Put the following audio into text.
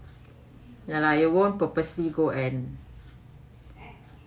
ya lah you won't purposely go and